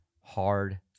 Hard